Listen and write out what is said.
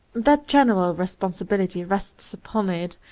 that general responsibility rests upon it,